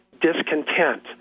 discontent